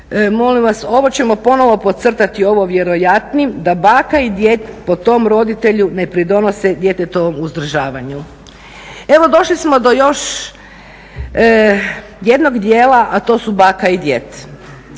Molim vas, ovo ćemo ponovo podcrtati ovo vjerojatnim da baka i djed po tom roditelju ne pridonose djetetovom uzdržavanju. Evo došli smo do još jednog dijela, a to su baka i djed.